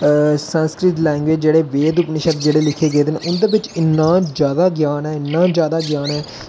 Sanskrit language जेह्ड़े वेद उपनिषद लिखे गेदे न उं'दे बिच्च इन्ना जैदा ज्ञान ऐ इन्ना जैदा ज्ञान ऐ